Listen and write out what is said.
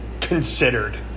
Considered